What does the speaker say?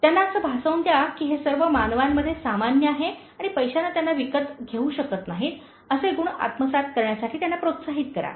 त्यांना असे भासवून द्या की हे सर्व मानवांमध्ये सामान्य आहे आणि पैशाने त्यांना विकत घेऊ शकत नाहीत असे गुण आत्मसात करण्यासाठी त्यांना प्रोत्साहित करा